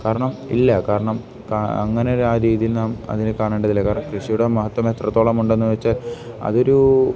കാരണം ഇല്ല കാരണം അങ്ങനെ ഒരു ആ രീതിയിൽ നാം അതിന് കാണേണ്ടതില്ല കാരണം കൃഷിയുടെ മഹത്വം എത്രത്തോളം ഉണ്ടെന്ന് വച്ചാൽ അതൊരു